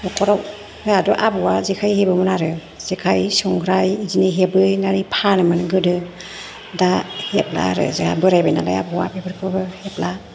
नखराव जोंहाथ' आबौआ जेखाय हेबोमोन आरो जेखाय संग्राय बिदिनो हेबनानै फानोमोन गोदो दा हेबला आरो जोंहा बोरायबाय नालाय आबौआ बेफोरखौबो हेबला